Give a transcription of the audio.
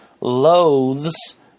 loathes